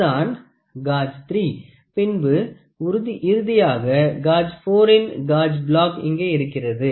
இதுதான் காஜ் 3 பின்பு இறுதியாக காஜ் 4 இன் காஜ் பிளாக் இங்கே இருக்கிறது